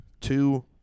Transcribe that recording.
two